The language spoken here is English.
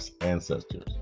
ancestors